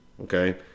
Okay